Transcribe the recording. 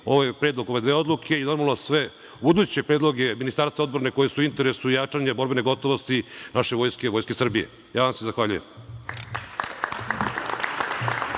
predlog ove dve odluke i normalno sve buduće predloge Ministarstva odbrane koji su u interesu jačanja borbene gotovosti naše vojske i Vojske Srbije. **Maja Gojković** Zahvaljujem. Reč